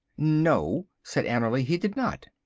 no, said annerly, he did not.